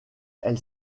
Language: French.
elle